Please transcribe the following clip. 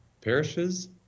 parishes